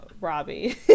Robbie